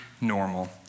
normal